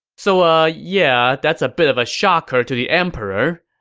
so ah, yeah, that's a bit of a shocker to the emperor,